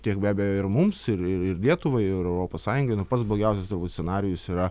tiek be abejo ir mums ir ir lietuvai ir europos sąjungai nu pats blogiausias scenarijus yra